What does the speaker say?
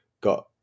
got